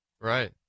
right